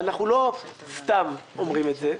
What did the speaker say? אנחנו לא סתם אומרים את זה.